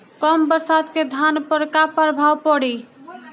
कम बरसात के धान पर का प्रभाव पड़ी?